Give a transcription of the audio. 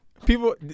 People